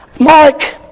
Mark